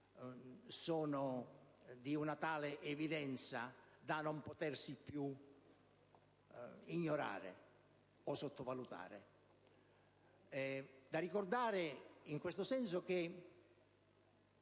sono di una tale evidenza da non potersi più ignorare o sottovalutare. Occorre ricordare in questo senso che